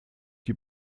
die